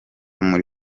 muli